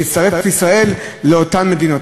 תצטרף ישראל לאותן מדינות.